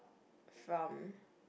from